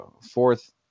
fourth